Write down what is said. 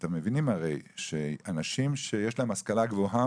אתם מבינים הרי שאנשים שיש להם השכלה גבוהה